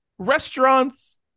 Restaurants